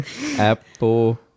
Apple